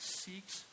seeks